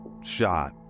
shot